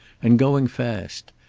and going fast.